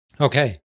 Okay